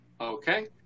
Okay